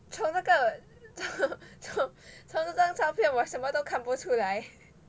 从哪个 从从哪个照片我什么都看不出来